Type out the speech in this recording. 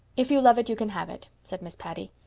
if you love it, you can have it, said miss patty.